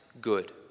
good